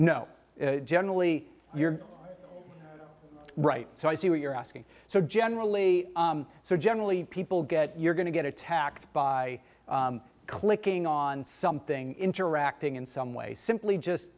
no generally you're right so i see what you're asking so generally so generally people get you're going to get attacked by clicking on something interacting in some way simply just